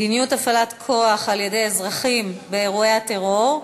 מדיניות הפעלת כוח על-ידי אזרחים באירועי הטרור,